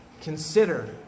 Consider